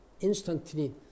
instantly